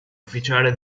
ufficiale